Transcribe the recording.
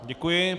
Děkuji.